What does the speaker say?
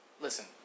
Listen